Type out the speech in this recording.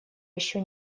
еще